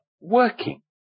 working